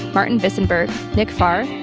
martin disenburg, nick farr,